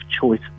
choice